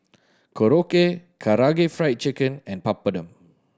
Korokke Karaage Fried Chicken and Papadum